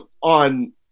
on